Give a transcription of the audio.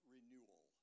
Renewal